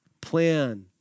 plan